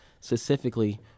specifically